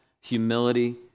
humility